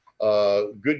Good